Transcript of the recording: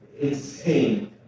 insane